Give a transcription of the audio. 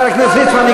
חבר הכנסת ליצמן,